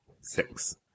Six